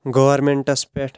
گورمینٛٹس پٮ۪ٹھ